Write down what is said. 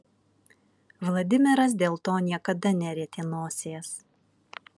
vladimiras dėl to niekada nerietė nosies